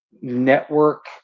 network